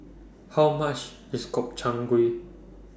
How much IS Gobchang Gui